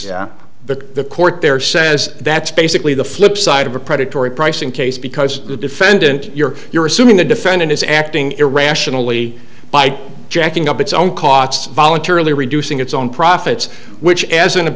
the court there says that's basically the flip side of a predatory pricing case because the defendant your you're assuming the defendant is acting irrationally by jacking up its own costs voluntarily reducing its on profits which as